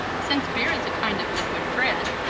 since beer is a kind of liquid bread,